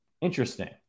Interesting